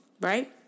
right